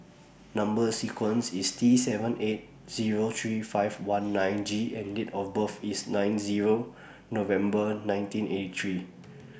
Number sequence IS T seven eight Zero three five one nine G and Date of birth IS nine Zero November nineteen eighty three